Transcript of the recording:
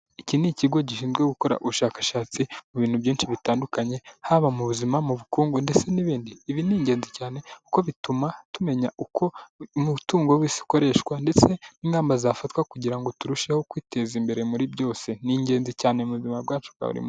Iki ni ikigo gishinzwe gukora ubushakashatsi mu bintu byinshi bitandukanye, haba mu buzima, mu bukungu ndetse n'ibindi, ibi ni ingenzi cyane kuko bituma tumenya uko umutungo w'isi ukoreshwa ndetse n'ingamba zafatwa kugira ngo turusheho kwiteza imbere muri byose, ni ingenzi cyane mu buzima bwacu bwa buri munsi.